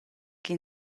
che